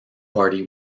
party